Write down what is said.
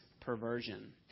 perversion